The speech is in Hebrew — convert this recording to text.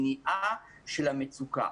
מהמניעה של המצוקה.